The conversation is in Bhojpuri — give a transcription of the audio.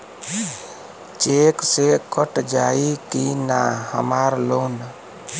चेक से कट जाई की ना हमार लोन?